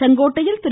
செங்கோட்டையில் திரு